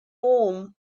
warm